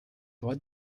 what